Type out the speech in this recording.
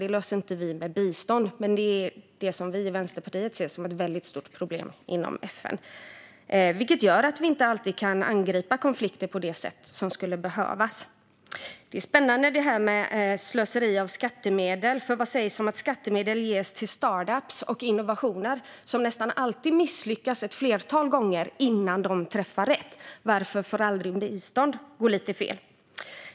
Det löser vi inte med bistånd, men det är det som vi i Vänsterpartiet ser som ett väldigt stort problem inom FN. Detta gör att vi inte alltid kan angripa konflikter på det sätt som skulle behövas. Detta med slöseri med skattemedel är spännande. För vad sägs om att skattemedel ges till startups och innovationer, som nästan alltid misslyckas ett flertal gånger innan de träffar rätt? Varför får aldrig bistånd gå lite fel?